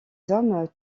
hommes